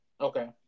Okay